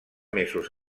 mesos